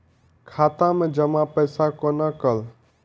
खाता मैं जमा पैसा कोना कल